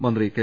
മന്ത്രി കെ